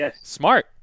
smart